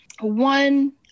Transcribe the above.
one